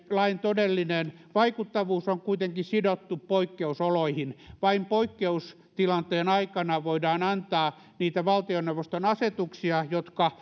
lain todellinen vaikuttavuus on kuitenkin sidottu poikkeusoloihin vain poikkeustilanteen aikana voidaan antaa niitä valtioneuvoston asetuksia jotka